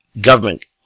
government